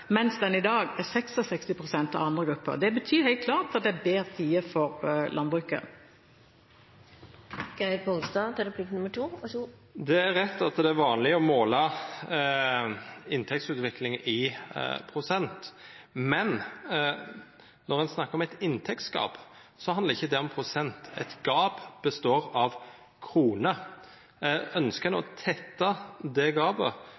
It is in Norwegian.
mens den i dag er 66 pst. av inntekten til andre grupper. Det betyr helt klart at det er bedre tider for landbruket. Det er rett at det er vanleg å måla inntektsutvikling i prosent, men når ein snakkar om eit inntektsgap, handlar ikkje det om prosent. Eit gap består av kroner. Ønskjer ein å tetta det gapet,